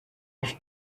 els